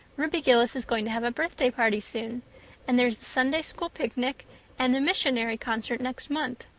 ruby gillis is going to have a birthday party soon and there's the sunday school picnic and the missionary concert next month.